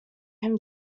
him